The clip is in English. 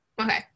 Okay